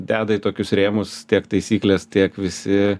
deda į tokius rėmus tiek taisyklės tiek visi